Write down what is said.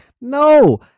No